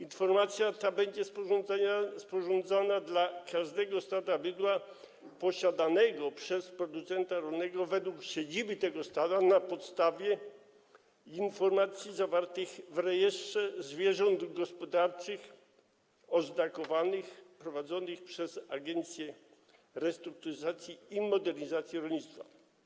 Informacja ta będzie sporządzana dla każdego stada bydła posiadanego przez producenta rolnego według siedziby tego stada na podstawie danych zawartych w rejestrze zwierząt gospodarskich oznakowanych prowadzonym przez Agencję Restrukturyzacji i Modernizacji Rolnictwa.